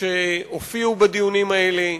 שהופיעו בדיונים האלה,